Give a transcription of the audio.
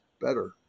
better